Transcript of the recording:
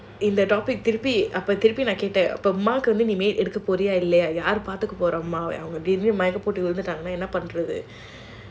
இந்த திருப்பி அப்போ திருப்பி நான் கேட்டேன் யாரு பார்க்க போறாங்க அம்மா திடீர்னு மயக்கம் போட்டு விழுந்துட்டாங்க என்ன பண்றது:indha thiruppi appo thiruppi naan kettaen yaaru paarka poraanga amma thideernu mayakkam pottu vilunthutaanga enna pandrathu